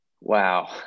Wow